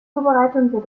zubereitung